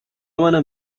منم